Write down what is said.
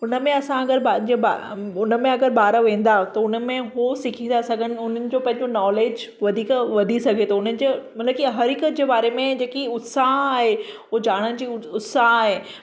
उन में असां अगरि बा जिअं ॿार उन में अगरि ॿार वेंदा त हुन में हू सिखी था सघनि हुननि जो पंहिंजो नॉलेज वधीक वधी सघे थो उनजे माना कीअं हरि हिकु जे बारे में जेकी उत्साह आहे उ ॼाणण जी उत्साह आहे